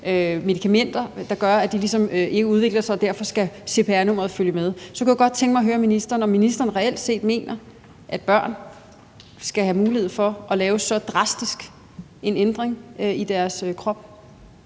medikamenter, der gør, at de ligesom ikke udvikler sig, og at derfor skal cpr-nummeret følge med, og så kunne jeg godt tænke mig at høre ministeren, om ministeren reelt set mener, at børn skal have mulighed for at lave så drastisk en ændring i deres krop.